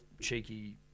cheeky